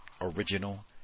original